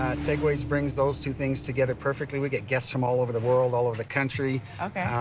segways bring those two things together perfectly. we get guests from all over the world, all over the country. okay.